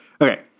Okay